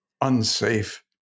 unsafe